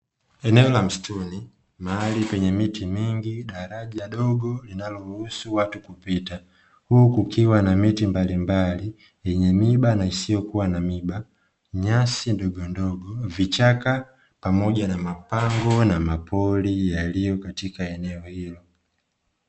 Eneo la msituni mahali penye miti mingi, daraja dogo linaloruhusu watu kupita huku kukiwa na miti mbalimbali yenye miba na isiyokuwa na miba, nyasi ndogondogo, vichaka pamoja na mapango na mapori yaliyo katika eneo hilo.